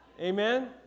Amen